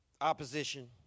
opposition